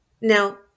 Now